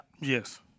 Yes